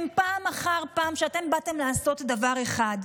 פעם אחר פעם שאתם באתם לעשות דבר אחד: